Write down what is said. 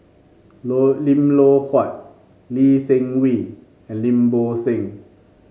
Loh Lim Loh Huat Lee Seng Wee and Lim Bo Seng